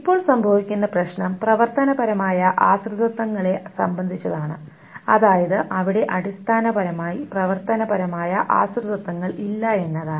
ഇപ്പോൾ സംഭവിക്കുന്ന പ്രശ്നം പ്രവർത്തനപരമായ ആശ്രിതത്വങ്ങളെ സംബന്ധിച്ചതാണ് അതായത് അവിടെ അടിസ്ഥാനപരമായി പ്രവർത്തനപരമായ ആശ്രിതത്വങ്ങൾ ഇല്ല എന്നതാണ്